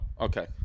Okay